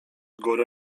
góry